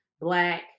Black